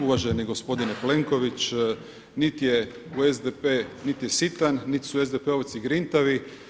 Uvaženi gospodine Plenković, niti je SDP nit je sitan nit su SDP-ovci grintavi.